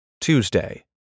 Tuesday